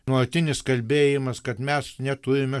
nuolatinis kalbėjimas kad mes neturime